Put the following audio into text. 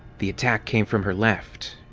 the attack came from her left.